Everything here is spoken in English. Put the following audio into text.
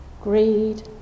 greed